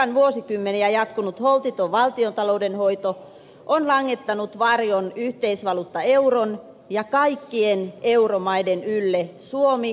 kreikan vuosikymmeniä jatkunut holtiton valtiontalouden hoito on langettanut varjon yhteisvaluutta euron ja kaikkien euromaiden ylle suomi mukaan lukien